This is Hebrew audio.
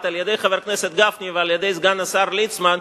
על-ידי חבר הכנסת גפני ועל-ידי סגן השר ליצמן,